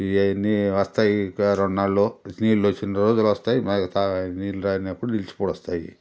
ఈయన్నీ వస్తాయీ ఇక రెండు నాళ్ళు నీళ్ళ వచ్చినన్ని రోజులు వస్తాయి మ త నీళ్ళు రానప్పుడు నిలిచిపోస్తాయి